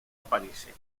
aparece